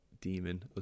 demon